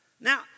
Now